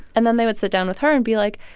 and then they would sit down with her and be like,